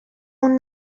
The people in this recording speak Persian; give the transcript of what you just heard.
اون